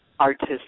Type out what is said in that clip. artistic